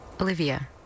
Olivia